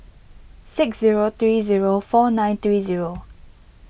six zero three zero four nine three zero